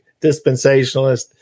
dispensationalist